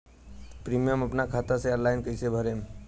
Premium अपना खाता से ऑनलाइन कईसे भरेम?